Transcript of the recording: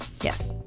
Yes